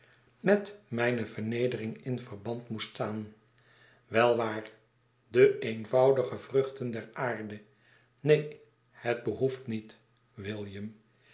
waterkers metmijne vernedering in verband moest staan wel waar de eenvoudige vruchten der aarde neen hetbehoeftniet william ik